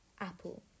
apple